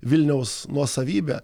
vilniaus nuosavybę